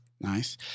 Nice